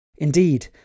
Indeed